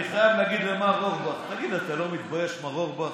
אני חייב להגיד למר אורבך: תגיד, מר אורבך,